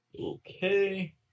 Okay